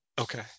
okay